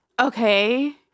Okay